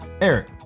Eric